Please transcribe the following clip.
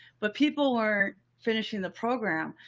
but people are finishing the program.